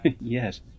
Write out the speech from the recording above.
Yes